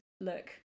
look